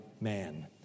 man